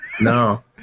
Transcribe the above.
No